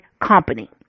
company